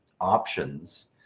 options